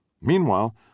Meanwhile